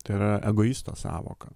tai yra egoisto sąvoka